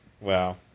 Wow